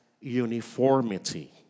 uniformity